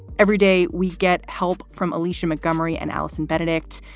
every day we get help from alicia montgomery and allison benedikt.